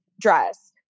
dress